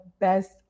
best